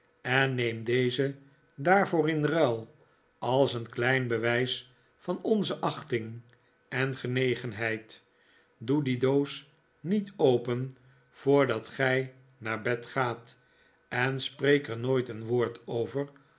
en neem deze daarvoor in ruil als een klein bewijs van onze achting en genegenheid doe die doos niet open voordat gij naar bed gaat en spreek er nooit een woord over